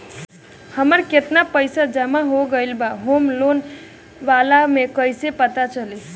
हमार केतना पईसा जमा हो गएल बा होम लोन वाला मे कइसे पता चली?